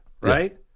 right